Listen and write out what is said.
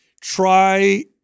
try